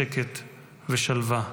שקט ושלווה,